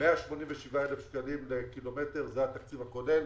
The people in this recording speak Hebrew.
187 אלף שקלים לקילומטר, זה התקציב הכולל,